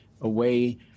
away